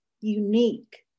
unique